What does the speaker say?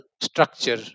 structure